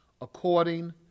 according